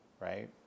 right